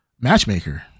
matchmaker